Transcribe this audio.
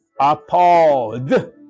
Appalled